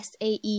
sae